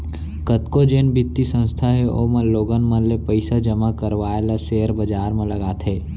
कतको जेन बित्तीय संस्था हे ओमन लोगन मन ले पइसा जमा करवाय ल सेयर बजार म लगाथे